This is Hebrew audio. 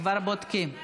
כבר בודקים.